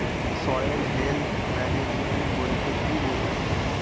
Soil health management বলতে কি বুঝায়?